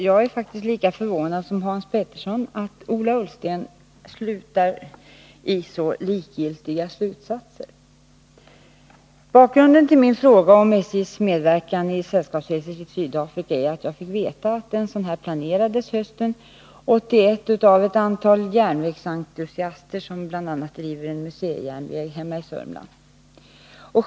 Jag är faktiskt lika förvånad som Hans Petersson i Hallstahammar över att svaret utmynnar i så likgiltiga slutsatser. Bakgrunden till min fråga om SJ:s medverkan i sällskapsresor till Sydafrika är att jag fick veta att en sådan planerades till hösten 1981 av ett antal järnvägsentusiaster, som bl.a. driver en museijärnväg i Södermanland.